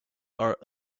are